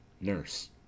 NURSE